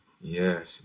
Yes